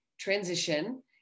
transition